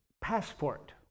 passport